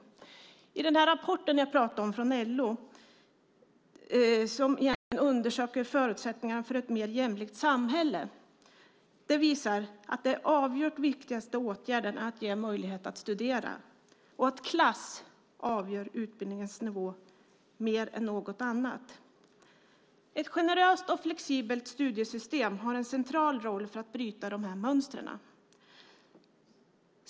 Rapporten från LO som jag pratade om, som egentligen undersöker förutsättningar för ett mer jämlikt samhälle, visar att den avgjort viktigaste åtgärden är att ge möjlighet att studera och att klass avgör utbildningens nivå mer än något annat. Ett generöst och flexibelt studiestödssystem har en central roll för att bryta dessa mönster.